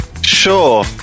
Sure